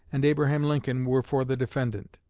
and abraham lincoln were for the defendant.